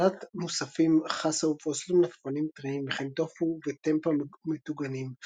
לסלט מוספים חסה ופרוסות מלפפונים טריים וכן טופו וטמפה מטוגנים,